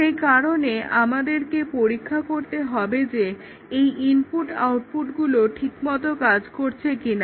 সেই কারণে আমাদেরকে পরীক্ষা করতে হবে যে এই ইনপুট আউটপুটগুলো ঠিকমত কাজ করছে কিনা